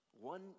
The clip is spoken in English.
One